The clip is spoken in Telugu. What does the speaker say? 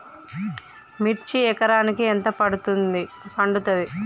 మిర్చి ఎకరానికి ఎంత పండుతది?